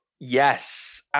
yes